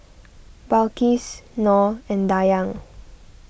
Balqis Nor and Dayang